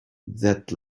that